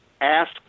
ask